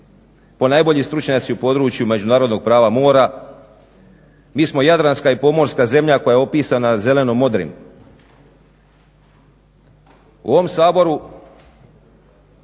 ponajbolji stručnjaci u području međunarodnog prava mora. Mi smo jadranska i pomorska zemlja koja je opisana zeleno-modrim. U ovom Saboru